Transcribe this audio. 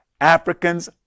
Africans